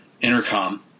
intercom